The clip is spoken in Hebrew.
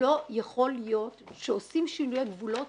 לא יכול להיות שעושים שינויי גבולות